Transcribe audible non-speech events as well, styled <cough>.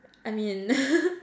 I mean <laughs>